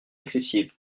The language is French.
excessive